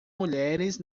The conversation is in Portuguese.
mulheres